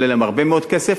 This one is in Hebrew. ועולה להן הרבה מאוד כסף,